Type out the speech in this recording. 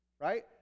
right